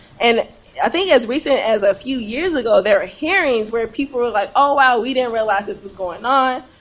and i think as recent as a few years ago, there were ah hearings where people were like, oh wow, we didn't realize this was going on.